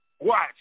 Watch